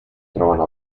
trovano